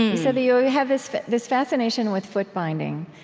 so you have this this fascination with foot-binding